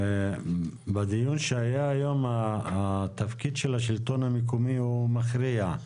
בדיון שהיה היום התפקיד של השלטון המקומי הוא מכריע.